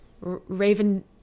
Raven